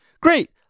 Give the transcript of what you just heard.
great